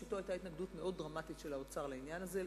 בשעתו היתה התנגדות מאוד דרמטית של האוצר לעניין הזה.